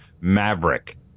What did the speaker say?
Maverick